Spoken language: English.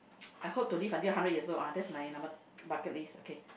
I hope to live until hundred years old ah that's my number bucket list okay